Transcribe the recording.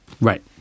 right